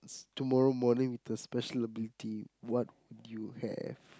tomorrow morning with a special ability what would you have